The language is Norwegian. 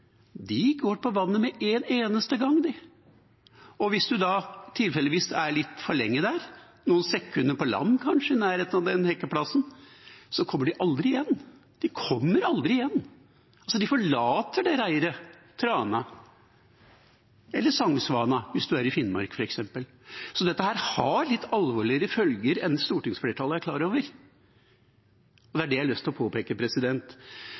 eneste gang, og hvis man tilfeldigvis er litt for lenge der, noen sekunder på land, kanskje, i nærheten av den hekkeplassen, så kommer de aldri igjen. De kommer aldri igjen! Trana – eller sangsvana hvis man er i Finnmark, f.eks. – forlater reiret. Så dette har litt alvorligere følger enn stortingsflertallet er klar over, og det er det jeg har lyst til å påpeke.